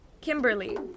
Kimberly